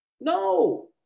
no